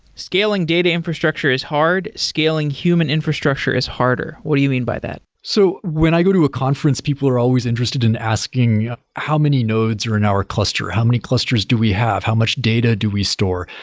scaling data infrastructure is hard. scaling human infrastructure is harder. what do you mean by that? so when i go to a conference, people are always interested in asking how many nodes are in our cluster? how many clusters do we have? how much data do we store?